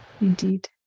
indeed